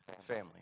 Family